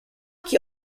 qui